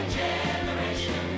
generation